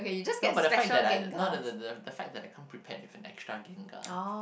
now but the fact that I not the the the that fact I come prepared with an extra gengar